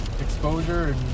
exposure